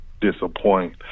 disappoint